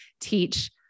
teach